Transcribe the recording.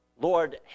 Lord